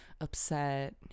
upset